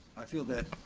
i feel that